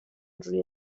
روی